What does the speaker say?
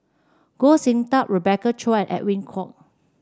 Goh Sin Tub Rebecca Chua and Edwin Koek